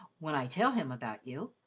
when i tell him about you.